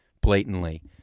blatantly